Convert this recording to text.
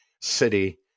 city